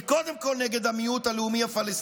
היא קודם כול נגד המיעוט הלאומי-הפלסטיני,